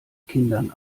kindern